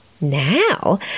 Now